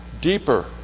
deeper